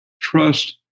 trust